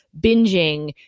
binging